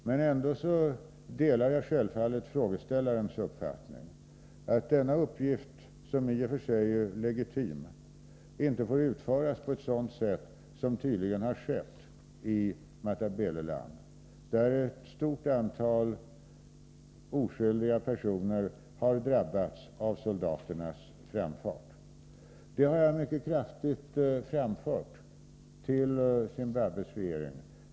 Men självfallet delar jag ändå frågeställarens uppfattning att denna uppgift, som i och för sig är legitim, inte får utföras på ett sådant sätt som tydligen skett i Matabeleland, där ett stort antal oskyldiga personer har drabbats av soldaternas framfart. Detta har jag mycket kraftigt framfört till Zimbabwes regering.